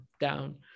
down